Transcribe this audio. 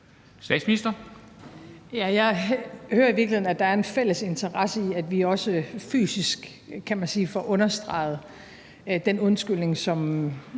Frederiksen): Jeg hører i virkeligheden, at der er en fælles interesse i, at vi også fysisk, kan man sige, får understreget den undskyldning, som